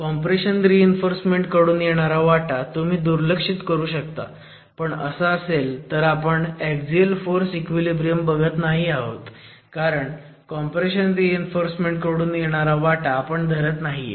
compression reinforcement कडून येणारा वाटा तुम्ही दुर्लक्षित करू शकता पण असं असेल तर आपण ऍक्सिअल फोर्स इक्विलिब्रियम बघत नाही आहोत कारण कॉम्प्रेशन रीइन्फोर्समेंट कडून येणारा वाटा आपण धरत नाहीये